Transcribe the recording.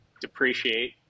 depreciate